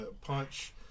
punch